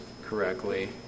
correctly